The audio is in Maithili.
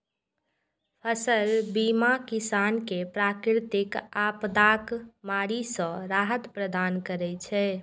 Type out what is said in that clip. फसल बीमा किसान कें प्राकृतिक आपादाक मारि सं राहत प्रदान करै छै